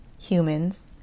humans